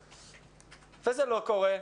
וזה לא קורה.